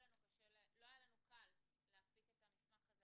לא היה לנו קל להפיק את המסמך הזה.